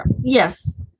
yes